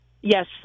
Yes